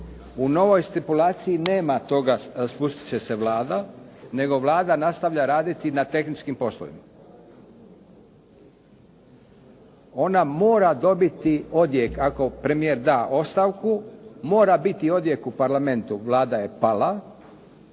U novoj stipulaciji nema toga raspustit će se Vlada, nego Vlada nastavlja raditi na tehničkim poslovima. Ona mora dobiti odjek ako premijer da ostavku, mora biti odjek u Parlamentu, Vlada je pala,